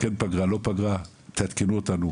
כן פגרה לא פגרה תעדכנו אותנו.